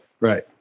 Right